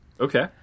Okay